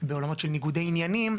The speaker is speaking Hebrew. בעולמות של ניגודי עניינים,